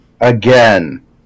Again